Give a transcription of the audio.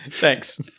Thanks